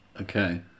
Okay